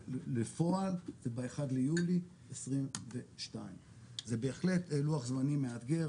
לפועל זה ב-1 ליולי 2022. זה בהחלט לוח זמנים מאתגר,